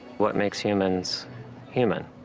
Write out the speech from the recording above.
what makes humans human.